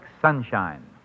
sunshine